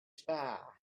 star